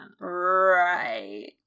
Right